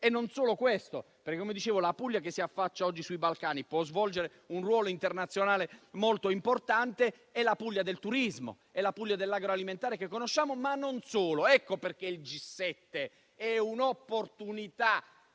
per l'Italia tutta. Come dicevo, la Puglia che si affaccia sui Balcani può svolgere un ruolo internazionale molto importante. È la Puglia del turismo e dell'agroalimentare che conosciamo, e non solo. Ecco perché il G7 è un'opportunità